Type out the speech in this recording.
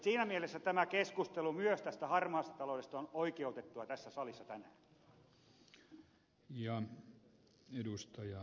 siinä mielessä tämä keskustelu myös tästä harmaasta taloudesta on oikeutettua tässä salissa tänään